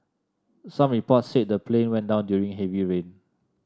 some reports said the plane went down during heavy rain